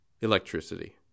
Electricity